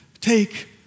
take